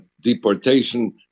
deportation